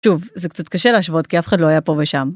שוב, זה קצת קשה להשוות כי אף אחד לא היה פה ושם.